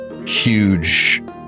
huge